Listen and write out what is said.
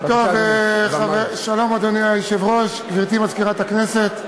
אדוני היושב-ראש, שלום, גברתי מזכירת הכנסת,